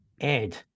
Ed